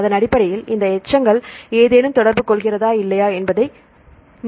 அதன் அடிப்படையில் இந்த எச்சங்கள் ஏதேனும் தொடர்பு கொள்கிறதா இல்லையா என்பதை நீங்கள் காணலாம்